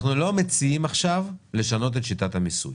אנחנו לא מציעים עכשיו לשנות את שיטת המיסוי.